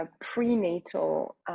prenatal